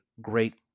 great